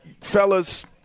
fellas